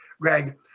Greg